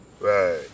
Right